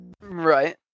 Right